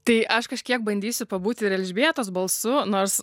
tai aš kažkiek bandysiu pabūti ir elžbietos balsu nors